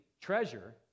treasure